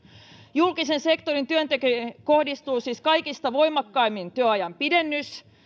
julkisen sektorin työntekijöihin kohdistuu siis kaikista voimakkaimmin työajan pidennys